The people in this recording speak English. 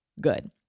good